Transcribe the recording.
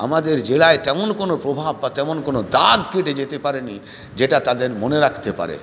আমাদের জেলায় তেমন কোনো প্রভাব বা তেমন কোনো দাগ কেটে যেতে পারেনি যেটা তাদের মনে রাখতে পারে